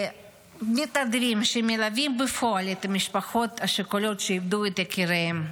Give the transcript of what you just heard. ומתנדבים שמלווים בפועל את המשפחות השכולות שאיבדו את יקיריהן.